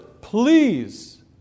please